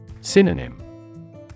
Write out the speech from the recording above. Synonym